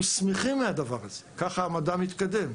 אנחנו שמחים מהדבר הזה, ככה המדע מתקדם.